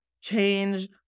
change